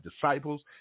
disciples